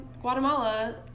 Guatemala